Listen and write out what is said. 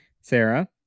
sarah